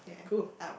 cool